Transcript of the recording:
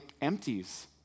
empties